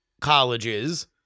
colleges